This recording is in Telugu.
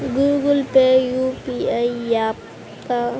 గూగుల్ పే యూ.పీ.ఐ య్యాపా?